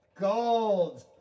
Gold